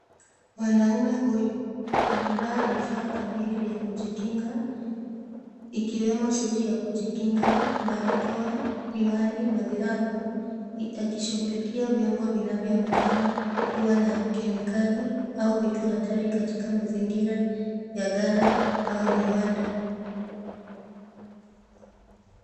Mwanaume huyu amevaa vifaa kamili vya kujikinga ikiwemo suti ya kujikinga, barakoa, miwani na glavu akishughulikia vyombo vinavyoonekana kuwa na kemikali au vitu hatari katika mazingira ya gala au viwanda.